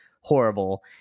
horrible